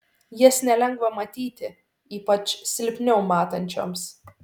jas nelengva matyti ypač silpniau matančioms